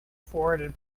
forwarded